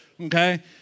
okay